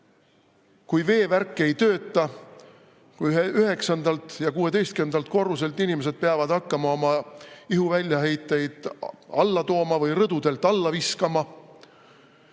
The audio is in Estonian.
kui veevärk ei tööta, kui 9. ja 16. korruselt inimesed peavad hakkama oma ihu väljaheiteid alla tooma või rõdudelt alla viskama?